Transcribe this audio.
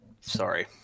Sorry